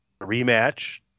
rematch